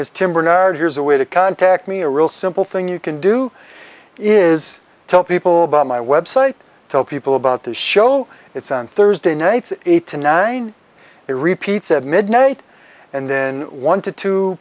is tim bernard here's a way to contact me a real simple thing you can do is tell people about my website tell people about the show it's on thursday nights eight to nine it repeats at midnight and then one to two